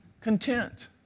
content